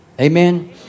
Amen